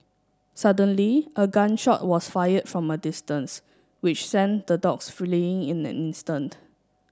suddenly a gun shot was fired from a distance which sent the dogs fleeing in an instant